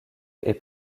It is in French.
est